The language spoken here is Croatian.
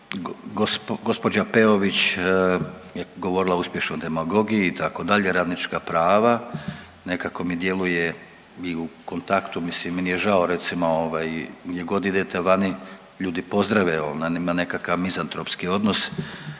Gospođa Peović je govorila o uspješnoj demagogiji itd., radnička prava. Nekako mi djeluje i u kontaktu. Mislim meni je žao recimo gdje god idete vani ljudi pozdrave, ima nekakav mizantropski odnos,